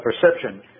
perception